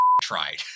tried